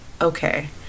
okay